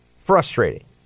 frustrating